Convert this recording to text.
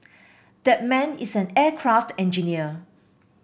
that man is an aircraft engineer